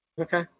Okay